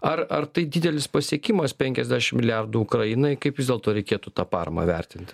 ar ar tai didelis pasiekimas penkiasdešim milijardų ukrainai kaip vis dėlto reikėtų tą paramą vertinti